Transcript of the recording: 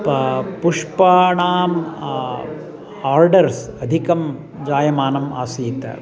पा पुष्पाणाम् आर्डर्स् अधिकं जायमानम् आसीत्